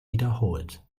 wiederholt